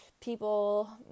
people